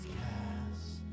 cast